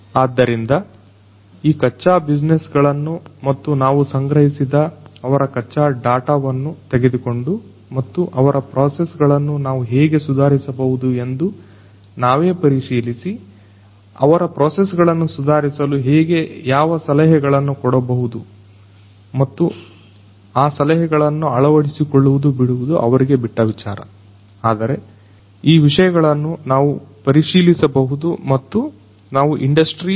ಆದ್ದರಿಂದ ಈ ಕಚ್ಚಾ ಬಿಜಿನೆಸ್ ಗಳನ್ನು ಮತ್ತು ನಾವು ಸಂಗ್ರಹಿಸಿದ ಅವರ ಕಚ್ಚಾ ಡಾಟಾವನ್ನು ತೆಗೆದುಕೊಂಡು ಮತ್ತು ಅವರ ಪ್ರೋಸೆಸ್ ಗಳನ್ನು ನಾವು ಹೇಗೆ ಸುಧಾರಿಸಬಹುದು ಎಂದು ನಾವೇ ಪರಿಶೀಲಿಸಿ ಅವರ ಪ್ರೋಸೆಸ್ ಗಳನ್ನು ಸುಧಾರಿಸಲು ಹೇಗೆ ಯಾವ ಸಲಹೆಗಳನ್ನು ಕೊಡಬಹುದು ಮತ್ತು ಆ ಸಲಹೆಗಳನ್ನು ಅಳವಡಿಸಿಕೊಳ್ಳುವುದು ಬಿಡುವುದು ಅವರಿಗೆ ಬಿಟ್ಟ ವಿಚಾರ ಆದರೆ ಈ ವಿಷಯಗಳನ್ನು ನಾವು ಪರಿಶೀಲಿಸಬಹುದು ಮತ್ತು ನಾವು ಇಂಡಸ್ಟ್ರಿ4